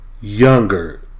younger